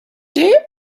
day